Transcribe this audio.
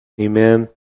Amen